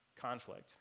Conflict